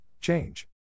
change